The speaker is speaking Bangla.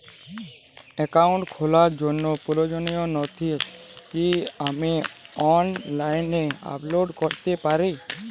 অ্যাকাউন্ট খোলার জন্য প্রয়োজনীয় নথি কি আমি অনলাইনে আপলোড করতে পারি?